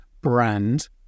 brand